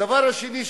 הדבר השני,